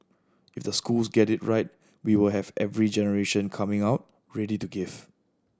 if the schools get it right we will have every generation coming out ready to give